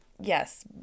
yes